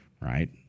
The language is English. right